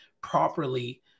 properly